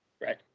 Right